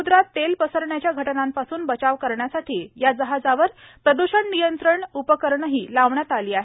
समुद्रात तेल पसरणाऱ्या घटनांपासून बचाव करण्यासाठी या जहाजावर प्रदूषण नियंत्रण उपकरणंही लावण्यात आली आहेत